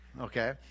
Okay